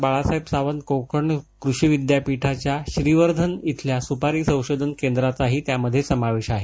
बाळासाहेब सावंत कोकण कृषी विद्यापीठाच्या श्रीवर्धन इथल्या सुपारी संशोधन केंद्राचाही त्यात समावेश आहे